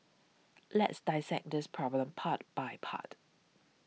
let's dissect this problem part by part